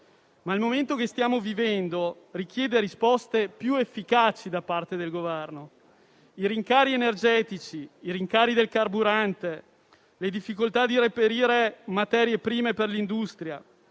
ma il momento che stiamo vivendo richiede risposte più efficaci da parte del Governo. I rincari energetici e quelli del carburante; la difficoltà di reperire materie prime per l'industria,